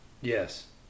yes